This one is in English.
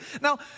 Now